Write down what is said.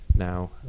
now